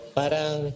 parang